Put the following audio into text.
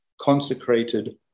consecrated